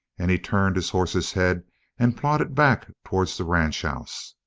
and he turned his horse's head and plodded back towards the ranchhouse.